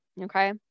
Okay